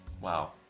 Wow